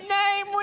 name